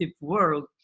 world